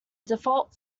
default